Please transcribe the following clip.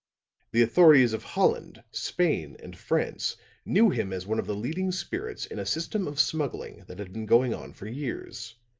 the authorities of holland, spain and france knew him as one of the leading spirits in a system of smuggling that had been going on for years.